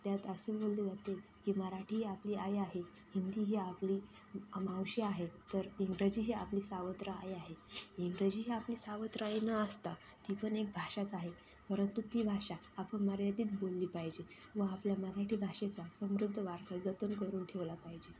त्यात असे बोललं जाते की मराठी ही आपली आई आहे हिंदी ही आपली मावशी आहे तर इंग्रजी ही आपली सावत्र आई आहे इंग्रजी ही आपली सावत्र आई न असता ती पण एक भाषाच आहे परंतु ती भाषा आपण मर्यादीत बोलली पाहिजे व आपल्या मराठी भाषेचा समृद्ध वारसा जतन करून ठेवला पाहिजे